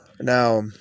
Now